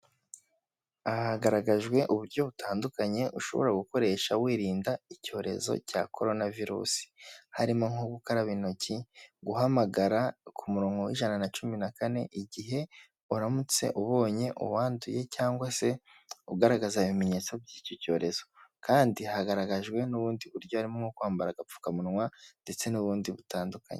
Aha hagaragajwe uburyo butandukanye, ushobora gukoresha wirinda icyorezo cya Korona virusi. Harimo nko gukaraba intoki, guhamagara ku murongo w'ijana na cumi na kane, igihe uramutse ubonye uwanduye cyangwa se ugaragaza ibimenyetso by'icyo cyorezo kandi hagaragajwe n'ubundi buryo harimo nko kwambara agapfukamunwa ndetse n'ubundi butandukanye.